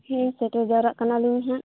ᱦᱮᱸ ᱥᱮᱴᱮᱨ ᱡᱟᱶᱨᱟᱜ ᱠᱟᱱᱟᱞᱤᱧ ᱦᱟᱸᱜ